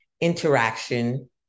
interaction